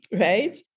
right